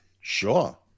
Sure